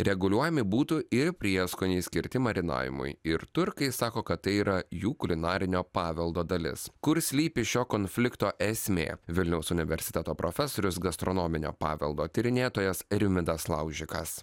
reguliuojami būtų ir prieskoniai skirti marinavimui ir turkai sako kad tai yra jų kulinarinio paveldo dalis kur slypi šio konflikto esmė vilniaus universiteto profesorius gastronominio paveldo tyrinėtojas rimvydas laužikas